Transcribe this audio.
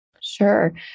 Sure